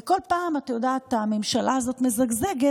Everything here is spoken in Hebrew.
וכל פעם הממשלה הזאת מזגזגת,